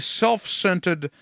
self-centered